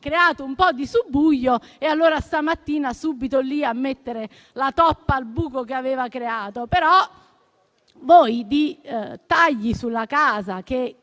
creato un po' di subbuglio; stamattina era subito lì a mettere la toppa al buco che aveva creato. Però voi fate dei tagli sulla casa, che